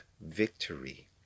victory